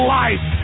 life